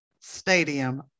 stadium